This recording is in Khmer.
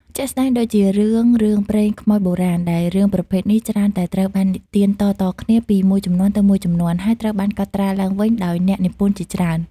ជាក់ស្តែងដូចជារឿង រឿងព្រេងខ្មោចបុរាណ ដែលរឿងប្រភេទនេះច្រើនតែត្រូវបាននិទានតៗគ្នាពីមួយជំនាន់ទៅមួយជំនាន់ ហើយត្រូវបានកត់ត្រាឡើងវិញដោយអ្នកនិពន្ធជាច្រើន។